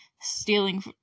stealing